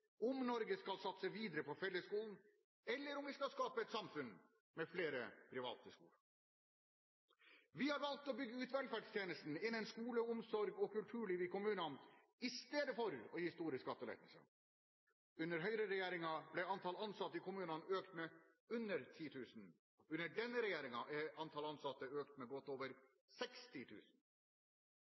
om Norge skal satse videre på fellesskolen, eller om vi skal skape et samfunn med flere private skoler. Vi har valgt å bygge ut velferdstjenestene innen skole, omsorg og kulturliv i kommunene, i stedet for å gi store skattelettelser. Under Høyre-regjeringen ble antall ansatte i kommunene økt med under 10 000. Under denne regjering er antall ansatte økt med godt over